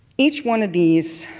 each one of these